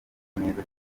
neza